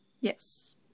yes